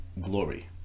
glory